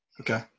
Okay